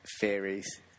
theories